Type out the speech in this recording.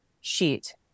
sheet